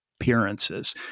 appearances